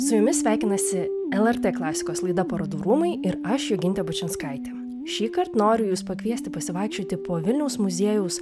su jumis sveikinasi lrt klasikos laida parodų rūmai ir aš jogintė bučinskaitė šįkart noriu jus pakviesti pasivaikščioti po vilniaus muziejaus